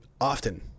often